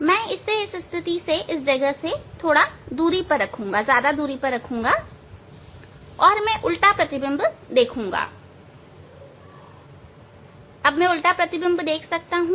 मैं इसे इस स्थिति से अधिक दूरी पर रखूंगा और मैं उल्टा प्रतिबिंब देखूंगा मैं उल्टा प्रतिबिंब देखूंगा मैं उल्टा प्रतिबिंब देख सकता हूं